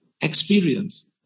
experience